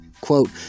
Quote